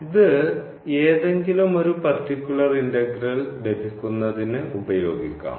ഇത് ഏതെങ്കിലും ഒരു പർട്ടിക്കുലർ ഇന്റഗ്രൽ ലഭിക്കുന്നതിന് ഉപയോഗിക്കാം